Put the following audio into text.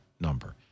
number